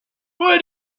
where